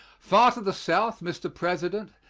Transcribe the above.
far to the south, mr. president,